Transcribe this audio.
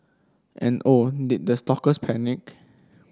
and oh did the stalkers panic